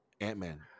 ant-man